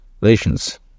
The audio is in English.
relations